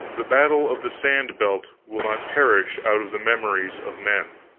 the battle of the sand-belt will not perish out of the memories of men.